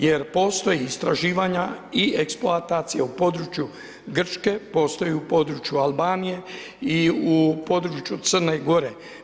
Jer postoji istraživanja i eksploatacija u području Grčke, postoji u području Albanije i u području Crne Gore.